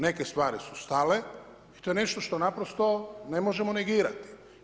Neke stvari su stale i to je nešto što naprosto ne možemo negirati.